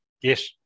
Yes